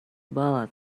ballad